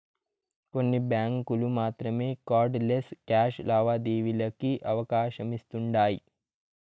కొన్ని బ్యాంకులు మాత్రమే కార్డ్ లెస్ క్యాష్ లావాదేవీలకి అవకాశమిస్తుండాయ్